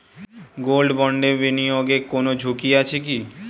Gold বন্ডে বিনিয়োগে কোন ঝুঁকি আছে কি?